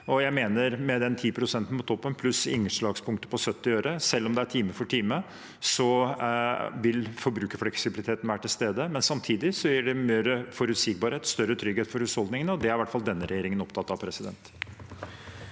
Jeg mener at med den 10-prosenten på toppen pluss innslagspunktet på 70 øre, selv om det er time for time, vil forbrukerfleksibiliteten være til stede. Samtidig gir det mer forutsigbarhet og større trygghet for husholdningene, og det er i hvert fall denne regjeringen opptatt av. Presidenten